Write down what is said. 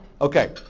Okay